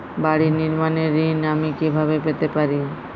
বাড়ি নির্মাণের ঋণ আমি কিভাবে পেতে পারি?